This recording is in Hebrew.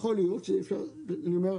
יכול להיות שאפשר לשפר.